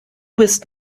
bist